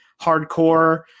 hardcore